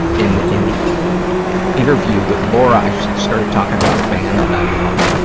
in the in the interview with laura, i started talking about a band that i love